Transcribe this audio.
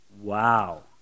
Wow